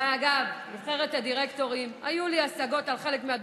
והדבר המתוקן לעשות זה שכל יחידה וכל סמכות יהיו במקומן.